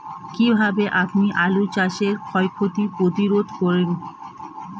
কীভাবে আপনি আলু চাষের ক্ষয় ক্ষতি প্রতিরোধ করেন?